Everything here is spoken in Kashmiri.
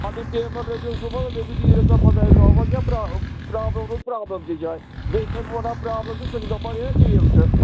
پَنٕنۍ پیمٮ۪نٛٹ رٔٹِو صُبحٲے دٔپِو نیرِو سا خۄدایَس حوال وۅنۍ کیٛاہ پرٛا پرٛابلَم روٗز پرٛابلَمچٕے جایہِ بیٚیہِ چھُسَے بہٕ وَنان پرٛابلِم چھِ ژٕ چھُکھ دَپان ہے کِہیٖنٛۍ چھَنہٕ